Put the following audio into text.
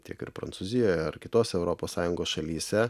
tiek ir prancūzijoje ar kitose europos sąjungos šalyse